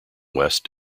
west